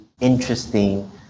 interesting